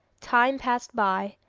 time passed by,